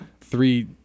three